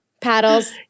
Paddles